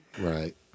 Right